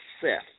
Seth